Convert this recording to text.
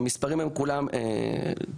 המספרים הם כולם בערך,